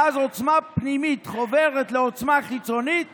ואז עוצמה פנימית חוברת לעוצמה חיצונית